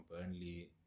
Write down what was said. Burnley